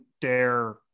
dare